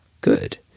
good